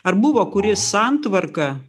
ar buvo kuri santvarka